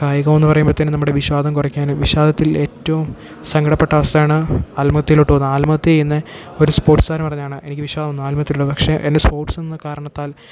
കായികമെന്നു പറയുമ്പോഴത്തേനും നമ്മുടെ വിഷാദം കുറയ്ക്കാനും വിഷാദത്തിൽ ഏറ്റവും സങ്കടപ്പെട്ട അവസ്ഥയാണ് ആത്മഹത്യയിലോട്ട് പോകുന്നത് ആത്മഹത്യയ തന്നെ ഒരു സ്പോട്ട്സുകാർ പറഞ്ഞാണ് എനിക്ക് വിഷാദം വന്നു ആത്മഹത്യയിലൂടെ പക്ഷെ എനിക്ക് സ്പോർട്ട്സെന്ന കാരണത്താൽ